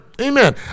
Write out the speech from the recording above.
amen